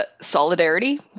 Solidarity